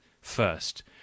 first